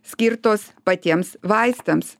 skirtos patiems vaistams